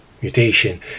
mutation